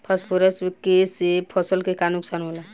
Phosphorus के से फसल के का नुकसान होला?